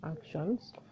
actions